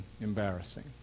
embarrassing